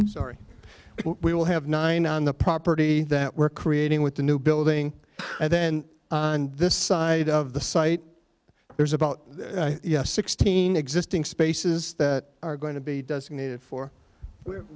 road sorry we will have nine on the property that we're creating with the new building and then on this side of the site there's about sixteen existing spaces that are going to be designated for wh